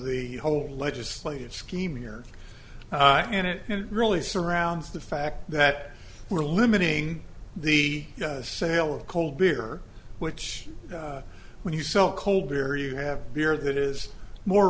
the whole legislative scheme here and it really surrounds the fact that we're limiting the sale of cold beer which when you sell cold beer you have beer that is more